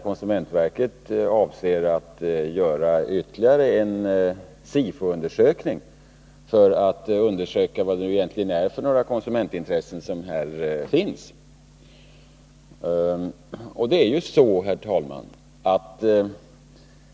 Konsumentverket avser att göra ytterligare en SIFO-undersökning om vad det egentligen är för konsumentintressen som finns i det här fallet.